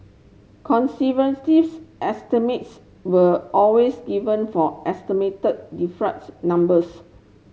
estimates were always given for estimated numbers